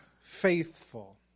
faithful